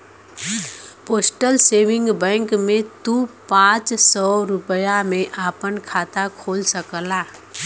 postal saving bank में तू पांच सौ रूपया में आपन खाता खोल सकला